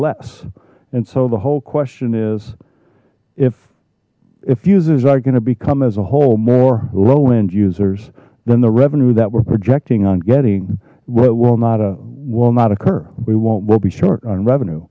less and so the whole question is if if users are going to become as a whole more low end users then the revenue that we're projecting on getting will not a will not occur we won't we'll be short on revenue